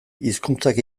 hizkuntzak